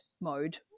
mode